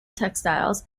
textiles